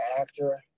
actor